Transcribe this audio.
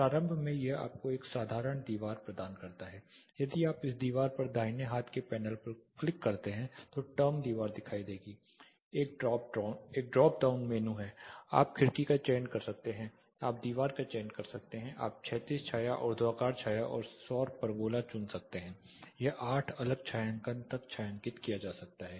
प्रारंभ में यह आपको एक साधारण दीवार प्रदान करता है यदि आप इस दीवार पर दाहिने हाथ के पैनल पर क्लिक करते हैं तो टर्म दीवार दिखाई देगी एक ड्रॉप डाउन है आप खिड़की का चयन कर सकते हैं आप दीवार का चयन कर सकते हैं आप क्षैतिज छाया ऊर्ध्वाधर छाया सौर परगोला चुन सकते हैं यह आठ अलग छायांकन तक छायांकित किया जा सकता है